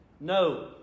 no